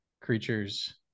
creatures